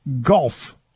golf